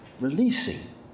releasing